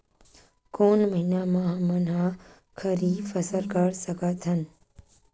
कोन महिना म हमन ह खरीफ फसल कर सकत हन?